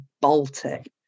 Baltic